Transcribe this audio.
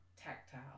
tactile